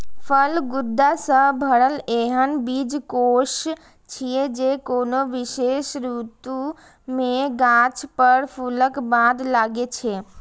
फल गूदा सं भरल एहन बीजकोष छियै, जे कोनो विशेष ऋतु मे गाछ पर फूलक बाद लागै छै